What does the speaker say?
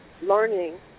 learning